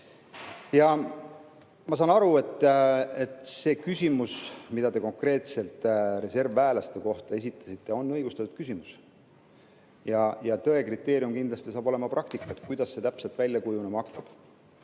Ma saan aru, et see küsimus, mille te konkreetselt reservväelaste kohta esitasite, on õigustatud küsimus. Tõe kriteerium on kindlasti praktika, kuidas see täpselt välja kujunema hakkab.